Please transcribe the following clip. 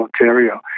Ontario